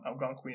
Algonquian